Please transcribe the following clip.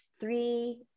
three